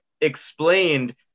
explained